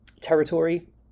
territory